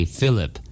Philip